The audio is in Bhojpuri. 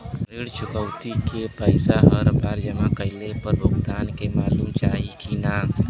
ऋण चुकौती के पैसा हर बार जमा कईला पर भुगतान के मालूम चाही की ना?